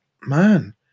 man